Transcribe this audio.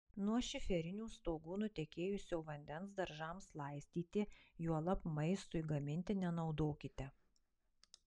nuo šiferinių stogų nutekėjusio vandens daržams laistyti juolab maistui gaminti nenaudokite